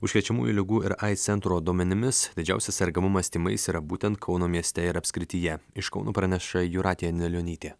užkrečiamųjų ligų ir aids centro duomenimis didžiausias sergamumas tymais yra būtent kauno mieste ir apskrityje iš kauno praneša jūratė anilionytė